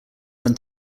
when